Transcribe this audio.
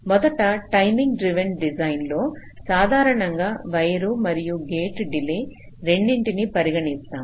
మొదట timing driven design లో సాధారణంగా వైరు మరియు గేటు డిలే రెండింటిని పరిగణిస్తాం